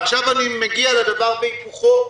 עכשיו אני מגיע לדבר והיפוכו.